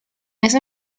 ese